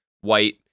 White